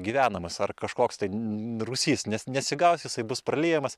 gyvenamas ar kažkoks tai rūsys ne nesigaus jisai bus pralyjamas